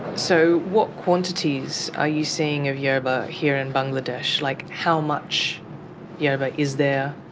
so what quantities are you seeing of yaba here in bangladesh like how much yaba is there.